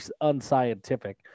unscientific